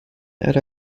and